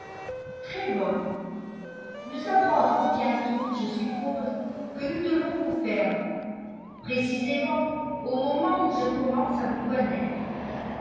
très bonnes nous apprendrons bientôt je suppose que nous devons vous perdre précisément au moment où je commence à vous connaître